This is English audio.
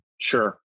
Sure